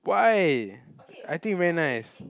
why I think very nice